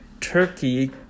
Turkey